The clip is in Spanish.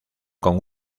con